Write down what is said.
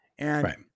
Right